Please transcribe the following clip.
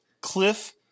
Cliff